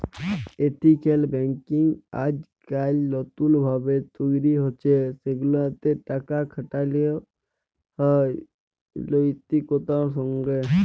ethical banking আইজকাইল লতুল ভাবে তৈরি হছে সেগুলাতে টাকা খাটালো হয় লৈতিকতার সঙ্গে